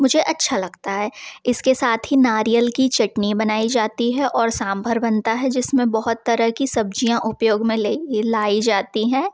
मुझे अच्छा लगता है इसके साथ ही नारियल की चटनी बनाई जाती है और सांबर बनता है जिस में बहुत तरह की सब्ज़ियाँ उपयोग में लाई जाती है